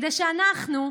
כדי שאנחנו,